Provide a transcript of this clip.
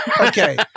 Okay